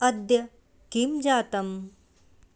अद्य किं जातम्